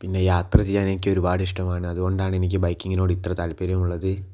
പിന്നെ യാത്ര ചെയ്യാനെനിക്കൊരുപാട് ഇഷ്ട്ടമാണ് അതുകൊണ്ടാണെനിക്ക് ബൈക്കിങ്ങിനോട് ഇത്ര താത്പര്യമുള്ളത്